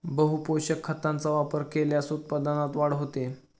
बहुपोषक खतांचा वापर केल्यास उत्पादनात वाढ होते